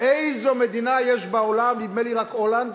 איזה מדינה בעולם, נדמה לי רק הולנד,